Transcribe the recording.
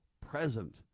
present